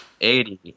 80